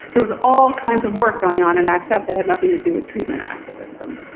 there was all kinds of work going on, an act up that had nothing to do with treatment activism.